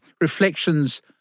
reflections